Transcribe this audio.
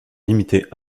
limitée